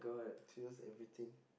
she knows everything